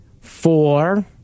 four